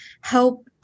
help